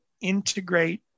integrate